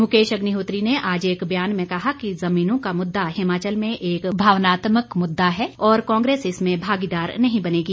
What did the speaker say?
मुकेश अग्निहोत्री ने आज एक बयान में कहा कि जमीनों का मुददा हिमाचल में एक भावनात्मक मुद्दा है और कांग्रेस इसमें भागीदार नहीं बनेगी